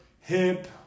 hip